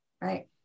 right